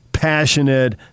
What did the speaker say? passionate